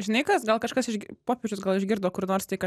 žinai kas gal kažkas iš popiežius gal išgirdo kur nors tai kad